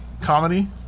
comedy